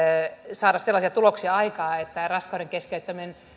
saada aikaan sellaisia tuloksia että raskauden keskeyttämisen